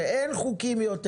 שאין חוקים יותר